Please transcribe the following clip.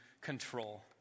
control